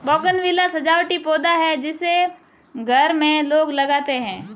bougainvillea सजावटी पौधा है जिसे घर में लोग लगाते हैं